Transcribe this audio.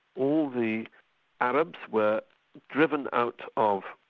all the arabs were driven out of,